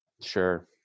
sure